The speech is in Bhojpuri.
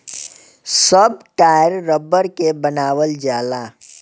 सब टायर रबड़ के बनावल जाला